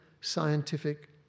scientific